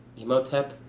Emotep